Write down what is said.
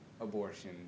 abortion